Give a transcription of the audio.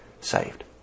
saved